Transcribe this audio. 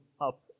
up